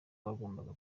bagombaga